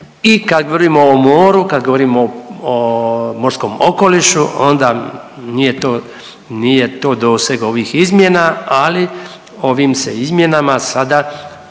I kad govorimo o moru, kad govorimo o morskom okolišu onda nije to doseg ovih izmjena, ali se ovim izmjenama sada